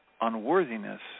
unworthiness